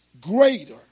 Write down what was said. greater